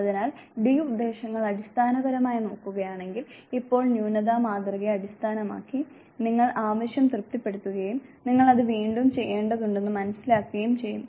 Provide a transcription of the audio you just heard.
അതിനാൽ ഡി ഉദ്ദേശ്യങ്ങൾ അടിസ്ഥാനപരമായി നോക്കുകയാണെങ്കിൽ ഇപ്പോൾ ന്യൂനതാ മാതൃകയെ അടിസ്ഥാനമാക്കി നിങ്ങൾ ആവശ്യം തൃപ്തിപ്പെടുത്തുകയും നിങ്ങൾ അത് വീണ്ടും ചെയ്യേണ്ടതുണ്ടെന്ന് മനസ്സിലാക്കുകയും ചെയ്യും